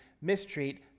mistreat